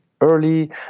early